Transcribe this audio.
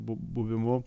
bu buvimu